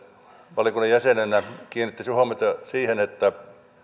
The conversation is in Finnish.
valiokunnan jäsenenä kiinnittäisin huomiota siihen että